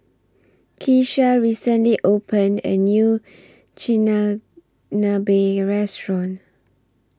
Keesha recently opened A New Restaurant